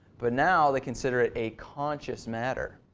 but now they consider it a conscience matter.